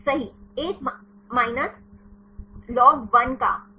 सही 1 minus ln 1 का यह 0 होगा